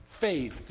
Faith